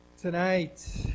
Tonight